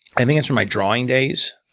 i think it's from my drawing days,